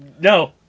No